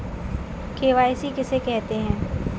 KYC किसे कहते हैं?